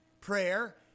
Prayer